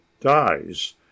dies